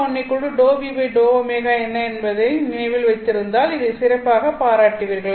β1∂β∂ω என்ன என்பதை நினைவில் வைத்திருந்தால் இதை சிறப்பாகப் பாராட்டுவீர்கள்